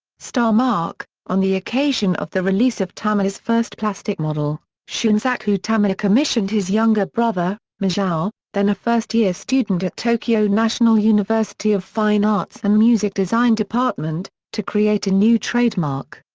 star mark on the occasion of the release of tamiya's first plastic model, shunsaku tamiya commissioned his younger brother, masao, then a first year student at tokyo national university of fine arts and music design department, to create a new trademark.